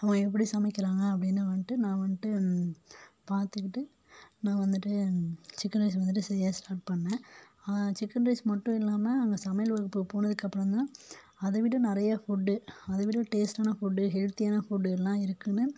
அவங்க எப்படி சமைக்கிறாங்க அப்படினா வந்துட்டு நான் வந்துட்டு பார்த்துகிட்டு நான் வந்துட்டு சிக்கன் ரைஸ் வந்துட்டு செய்ய ஸ்டார்ட் பண்ணேன் சிக்கன் ரைஸ் மட்டும் இல்லாமல் அங்கே சமையல் வகுப்பு போனதுக்கப்புறம் தான் அதை விட நிறையா ஃபுட்டு அதை விட டேஸ்ட்டான ஃபுட்டு ஹெல்த்தியான ஃபுட்டு எல்லாம் இருக்குன்னு